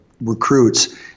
recruits